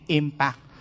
impact